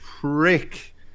prick